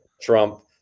trump